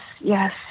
yes